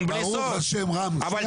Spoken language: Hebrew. ברוך ה', רם, זה משהו מקצועי.